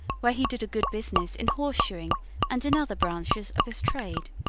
where he did a good business in horseshoeing and in other branches of his trade.